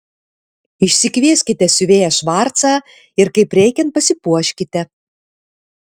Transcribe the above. išsikvieskite siuvėją švarcą ir kaip reikiant pasipuoškite